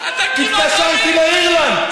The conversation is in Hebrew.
התקשרתי לאירלנד.